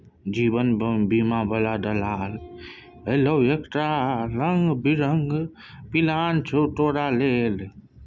जीवन बीमा बला दलाल एलौ ये ओकरा लंग रंग बिरंग पिलान छौ तोरा लेल